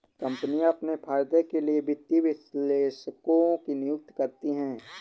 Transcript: कम्पनियाँ अपने फायदे के लिए वित्तीय विश्लेषकों की नियुक्ति करती हैं